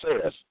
says